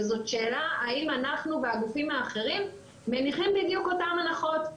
וזאת שאלה האם אנחנו והגופים האחרים מניחים בדיוק אותן הנחות.